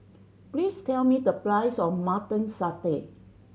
please tell me the price of Mutton Satay